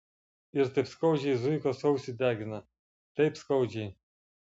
ir taip skaudžiai zuikos ausį degina taip skaudžiai